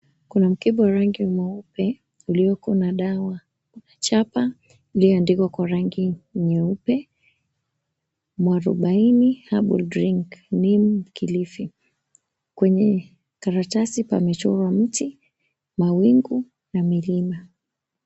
Kuna mkebe wa rangi mweupe ulioko na dawa. Chapa iliyoandikwa kwa rangi nyeupe. Muarubaini Herbal Drink Neem Mkilifi. Kwenye karatasi pamechorwa mti, mawingu na milima.